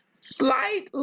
slight